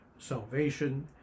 salvation